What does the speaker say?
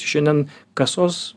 šiandien kasos